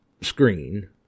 screen